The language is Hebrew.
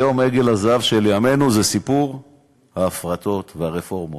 עגל הזהב של ימינו זה סיפור ההפרטות והרפורמות.